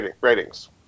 Ratings